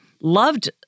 loved